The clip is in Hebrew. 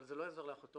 אבל זה לא עזר לאחותו.